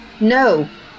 No